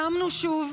קמנו שוב,